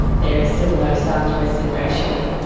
there are still no staff-to-resident ratio.